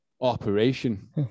operation